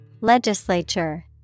Legislature